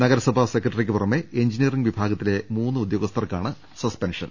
നഗരസഭാ സെക്രട്ടറിക്കു പുറമെ എഞ്ചിനീയറിംഗ് വിഭാഗത്തിലെ മൂന്ന് ഉദ്യോഗ സ്ഥർക്കാണ് സസ്പെൻഷൻ